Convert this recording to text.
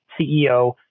CEO